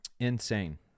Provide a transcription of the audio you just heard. insane